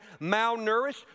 malnourished